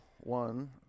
one